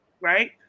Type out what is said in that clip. right